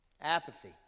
Apathy